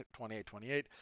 28-28